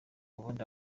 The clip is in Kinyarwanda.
ubundi